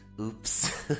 oops